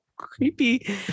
creepy